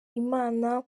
imana